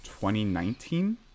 2019